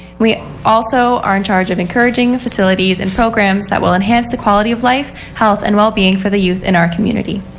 we also are in charge of encouraging facilities and program that will enhance the quality of life, health and well-being for the youth in our community.